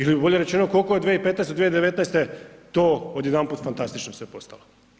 Ili bolje rečeno koliko je od 2015. do 2019. to odjedanput fantastično sve postalo.